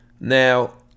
Now